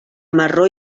marró